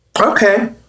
Okay